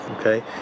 okay